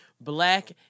black